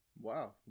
Wow